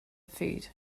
food